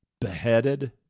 Beheaded